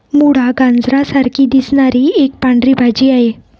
मुळा, गाजरा सारखी दिसणारी एक पांढरी भाजी आहे